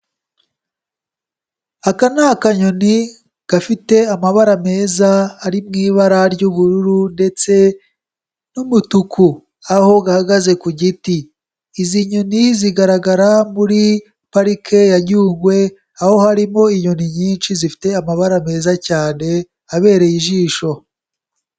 Aka ni akanyoni gafite amabara meza ari mu ibara ry'ubururu ndetse n'umutuku aho gahagaze ku giti, izi nyoni zigaragara muri Parike ya Nyungwe aho harimo inyoni nyinshi zifite amabara meza cyane abereye ijisho.